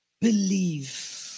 Believe